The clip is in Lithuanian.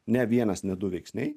ne vienas ne du veiksniai